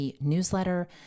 newsletter